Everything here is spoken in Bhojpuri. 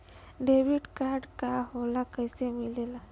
डेबिट कार्ड का होला कैसे मिलेला?